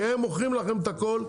כי הם מוכרים לכם את הכל,